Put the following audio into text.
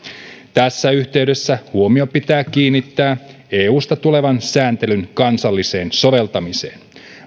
tässä yhteydessä huomio pitää kiinnittää eusta tulevan sääntelyn kansalliseen soveltamiseen